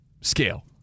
scale